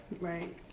right